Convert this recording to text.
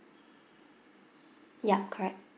yup correct